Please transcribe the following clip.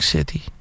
City